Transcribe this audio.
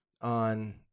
on